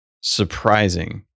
surprising